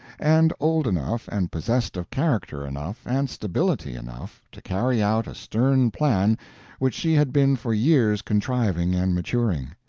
and old enough and possessed of character enough and stability enough to carry out a stern plan which she had been for years contriving and maturing.